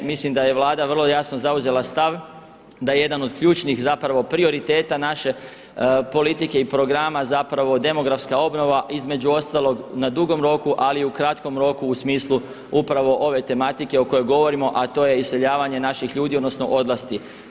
Mislim da je Vlada vrlo jasno zauzela stav da jedan od ključnih zapravo prioriteta naše politike i programa zapravo demografska obnova, između ostalog na dugom roku ali i u kratkom roku u smislu upravo ove tematike o kojoj govorimo a to je iseljavanje naših ljudi, odnosno odlasci.